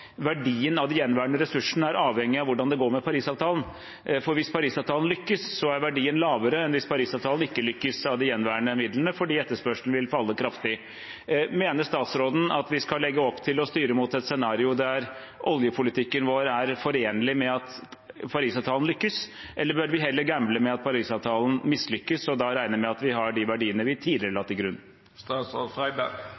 verdien av de gjenværende ressursene er avhengig av hvordan det går med Parisavtalen. Hvis Parisavtalen lykkes, er verdien av de gjenværende midlene lavere enn hvis den ikke lykkes, fordi etterspørselen vil falle kraftig. Mener statsråden at vi skal legge opp til å styre mot et scenario der oljepolitikken vår er forenlig med at Parisavtalen lykkes? Eller bør vi heller gamble med at Parisavtalen mislykkes, og da regne med at vi har de verdiene vi tidligere